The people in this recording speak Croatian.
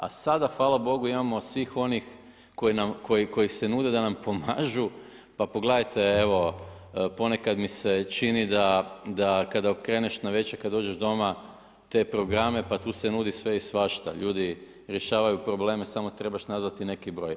A sada hvala Bogu imamo svih onih koji se nude da nam pomažu pa pogledajte evo ponekad mi se čini da kada okreneš navečer kad dođeš doma te programe pa tu se nudi sve i svašta, ljudi rješavaju probleme samo trebaš nazvati neki broj.